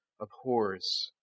abhors